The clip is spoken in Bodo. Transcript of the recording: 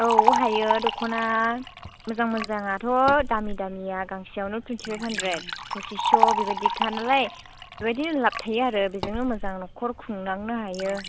औ हायो दख'ना मोजां मोजाङाथ' दामि दामिया गांसेआवनो थुइनटि फाइभ हानद्रेद पसिसस' बेबायदिखा नालाय बेदिनो लाब थायो आरो बेजोंनो मोजां नखर खुंलांनो हायो